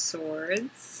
Swords